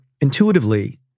intuitively